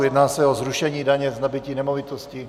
Jedná se o zrušení daně z nabytí nemovitosti.